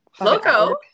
Logo